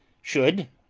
should,